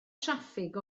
traffig